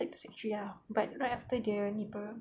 sec two sec three ah but like after dia ni [pe]